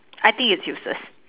I T is useless